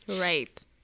Right